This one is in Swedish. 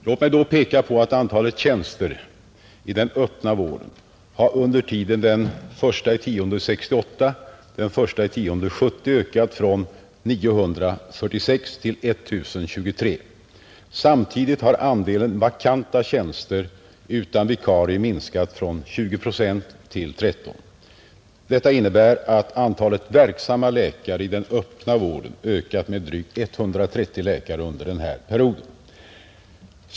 Låt mig då peka på att antalet tjänsteä den öppna vården under tiden 1 oktober 1968—-1 oktober 1970 ökat från 946 till I 023. Samtidigt har andelen vakanta tjänster utan vikarie minskat från 20 procent till 13 procent. Detta innebär att antalet verksamma läkare i den öppna vården ökat med drygt 130 läkare under denna period.